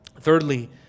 thirdly